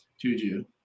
Juju